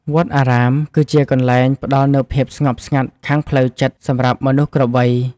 វត្តអារាមគឺជាកន្លែងផ្តល់នូវភាពស្ងប់ស្ងាត់ខាងផ្លូវចិត្តសម្រាប់មនុស្សគ្រប់វ័យ។